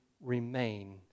remain